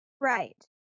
Right